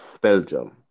Belgium